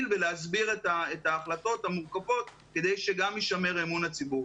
ולהסביר את ההחלטות המורכבות כדי שגם יישמר אמון הציבור.